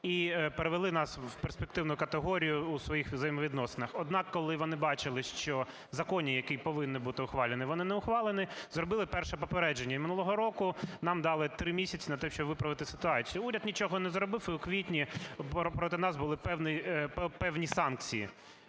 і перевили нас в перспективну категорію у своїх взаємовідносинах. Однак, коли вони бачили, що закони, які повинні бути ухвалені, вони не ухвалені, зробили перше попередження, і минулого року нам дали три місяці на те, щоб виправити ситуацію. Уряд нічого не зробив, і у квітні проти нас були певні санкції.